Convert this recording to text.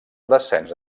descens